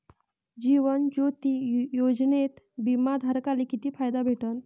जीवन ज्योती योजनेत बिमा धारकाले किती फायदा भेटन?